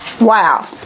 Wow